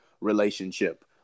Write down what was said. relationship